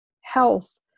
health